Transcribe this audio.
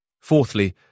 Fourthly